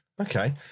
Okay